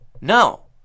No